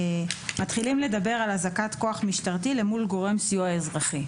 מתחילים לדבר על הזעקת כוח משטרתי למול גורם סיוע אזרחי.